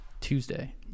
Tuesday